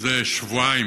זה שבועיים